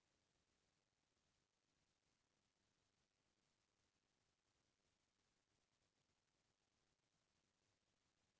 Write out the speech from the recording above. बहुत से मनसे ह कोनो बेंक ले लोन ले लेथे अउ तीन महिना ले जादा समे तक किस्ती पटाय के नांव नइ लेवय